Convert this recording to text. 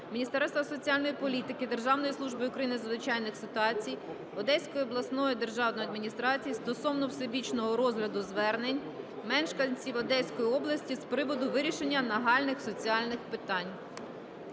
Міністерства соціальної політики України, Державної служби України з надзвичайних ситуацій, Одеської обласної державної адміністрації стосовно всебічного розгляду звернень мешканців Одеської області з приводу вирішення нагальних соціальних питань.